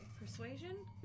persuasion